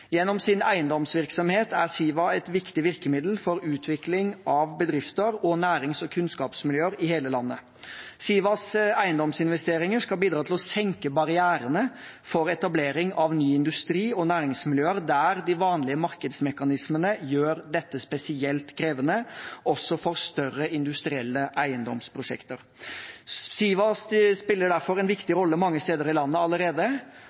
Gjennom sin eiendomsvirksomhet er Siva et viktig virkemiddel for utvikling av bedrifter og nærings- og kunnskapsmiljøer i hele landet. Sivas eiendomsinvesteringer skal bidra til å senke barrierene for etablering av ny industri og næringsmiljøer der de vanlige markedsmekanismene gjør dette spesielt krevende, også for større industrielle eiendomsprosjekter. Siva spiller derfor en viktig rolle mange steder i landet allerede,